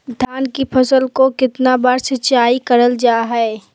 धान की फ़सल को कितना बार सिंचाई करल जा हाय?